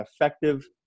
effective